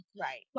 Right